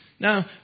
Now